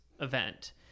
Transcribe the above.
event